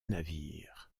navires